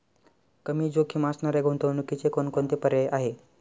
कमी जोखीम असणाऱ्या गुंतवणुकीचे कोणकोणते पर्याय आहे?